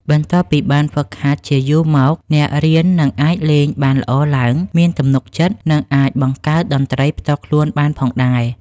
បន្ទាប់ពីបានហ្វឹកហាត់យូរមក អ្នករៀននឹងអាចលេងបានល្អឡើង មានទំនុកចិត្ត និងអាចបង្កើតតន្ត្រីផ្ទាល់ខ្លួនបានផងដែរ។